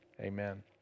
amen